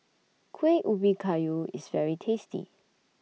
Kuih Ubi Kayu IS very tasty